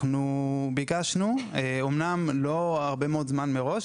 אנחנו ביקשנו; אמנם לא הרבה מאוד זמן מראש,